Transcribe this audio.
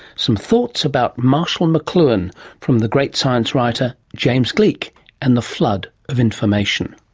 some thoughts about marshall mcluhan from the great science writer james gleick and the flood of information.